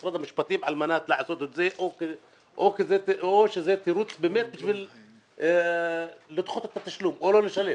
למשרד המשפטים או שזה תירוץ לדחות את התשלום או לא לשלם?